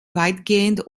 weitgehend